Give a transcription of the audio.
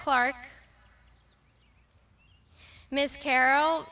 clark miss carol